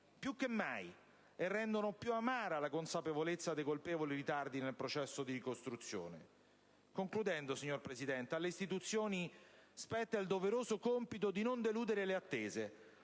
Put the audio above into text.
più che mai, e rendono più amara la consapevolezza dei colpevoli ritardi nel processo di ricostruzione. In conclusione, signor Presidente, alle istituzioni spetta il doveroso compito di non deludere le attese,